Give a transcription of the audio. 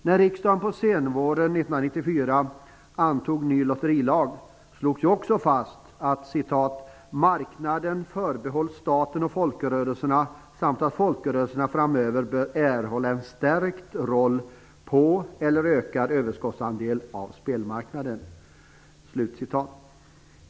När riksdagen på senvåren 1994 antog en ny lotterilag slogs det ju också fast att "marknaden förbehålls staten och folkrörelserna samt att folkrörelserna framöver bör erhålla en stärkt roll på eller ökad överskottsandel av spelmarknaden".